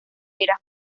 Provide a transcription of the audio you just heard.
era